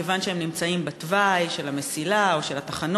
מכיוון שהם נמצאים בתוואי של המסילה או של התחנות,